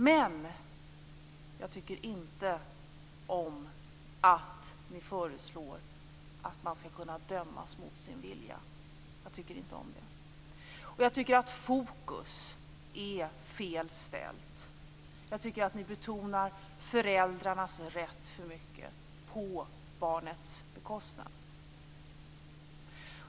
Men jag tycker inte om att utskottet föreslår att någon skall kunna dömas mot sin vilja. Fokus är fel ställd. Ni betonar föräldrarnas rätt för mycket på barnens bekostnad.